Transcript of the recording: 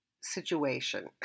situation